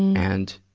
and,